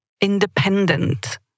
independent